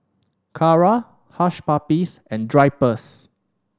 Kara Hush Puppies and Drypers